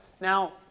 Now